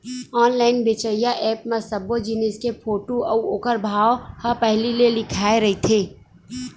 online बेचइया app म सब्बो जिनिस के फोटू अउ ओखर भाव ह पहिली ले लिखाए रहिथे